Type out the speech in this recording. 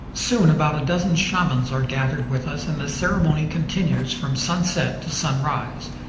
soon about a dozen shamans are gathered with us, and the ceremony continues from sunset to sunrise.